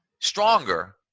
stronger